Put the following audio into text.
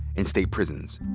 in state prisons.